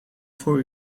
voor